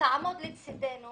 תעמוד לצדנו